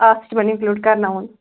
اکھ چھِ تِمَن اِنکٕلوٗڈ کَرناوُن